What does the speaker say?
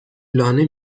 لانه